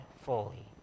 fully